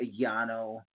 Yano